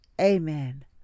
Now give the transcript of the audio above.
Amen